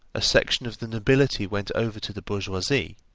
a section of the nobility went over to the bourgeoisie,